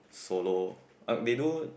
solo uh they do